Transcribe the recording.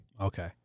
Okay